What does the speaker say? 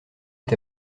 est